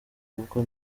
ubwo